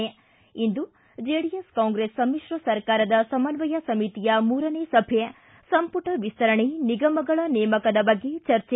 ಿ ಇಂದು ಚೆಡಿಎಸ್ ಕಾಂಗ್ರೆಸ್ ಸಮಿತ್ರ ಸರ್ಕಾರದ ಸಮನ್ವಯ ಸಮಿತಿಯ ಮೂರನೇಯ ಸಭೆ ಸಂಮಟ ವಿಸ್ತರಣೆ ನಿಗಮಗಳ ನೇಮಕದ ಬಗ್ಗೆ ಚರ್ಚೆ